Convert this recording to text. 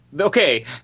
Okay